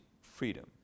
freedom